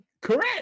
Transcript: correct